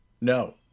No